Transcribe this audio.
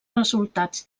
resultats